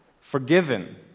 forgiven